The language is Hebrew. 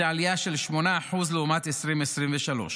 זו עלייה של 8% לעומת 2023,